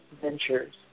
ventures